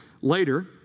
later